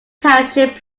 township